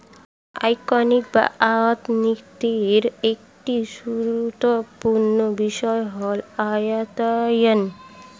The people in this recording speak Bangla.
ইকোনমিক্স বা অর্থনীতির একটি গুরুত্বপূর্ণ বিষয় হল অর্থায়ন